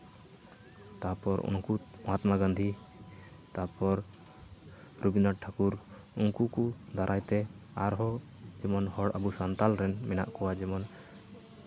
ᱛᱟᱯᱚᱨ ᱩᱱᱠᱩ ᱢᱚᱦᱟᱛᱢᱟ ᱜᱟᱱᱫᱷᱤ ᱛᱟᱯᱚᱨ ᱨᱚᱵᱤᱱᱫᱨᱚᱱᱟᱛᱷ ᱴᱷᱟᱠᱩᱨ ᱩᱱᱠᱩ ᱠᱚ ᱫᱟᱨᱟᱭ ᱛᱮ ᱟᱨᱦᱚᱸ ᱡᱮᱢᱚᱱ ᱦᱚᱲ ᱟᱵᱩ ᱥᱟᱱᱛᱟᱲ ᱨᱮᱱ ᱢᱮᱱᱟᱜ ᱠᱚᱣᱟ ᱡᱮᱢᱚᱱ